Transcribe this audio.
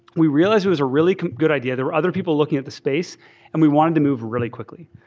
we realize it was a really good idea. there are other people looking at the space and we wanted to move really quickly.